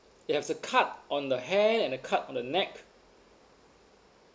he have a cut on the hand and a cut on the neck